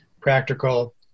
practical